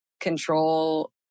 control